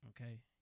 Okay